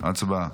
הצבעה.